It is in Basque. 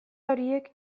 horiek